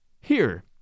Here